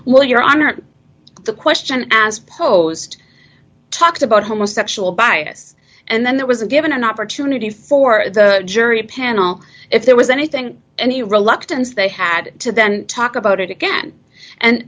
well your honor the question as posed talked about homosexual bias and then there was a given an opportunity for the jury panel if there was anything any reluctance they had to then talk about it again and